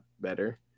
better